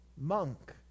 monk